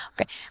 okay